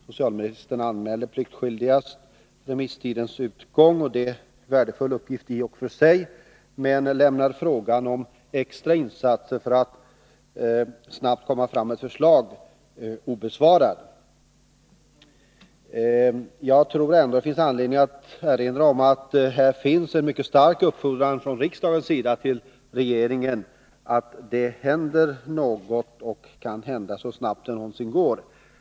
Socialministern anmäler pliktskyldigast remisstidens utgång — och det är i och för sig en värdefull uppgift — men han lämnar frågan om regeringen avser att göra extra insatser för att snabbt få fram ett förslag obesvarad. Jag tror att det finns anledning att erinra om att det föreligger en mycket stark uppfordran från riksdagens sida till regeringen att här göra något så snart som det någonsin går.